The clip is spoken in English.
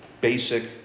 basic